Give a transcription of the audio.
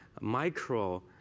micro